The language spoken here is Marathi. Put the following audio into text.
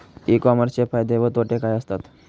ई कॉमर्सचे फायदे व तोटे काय असतात?